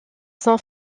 son